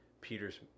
Peter's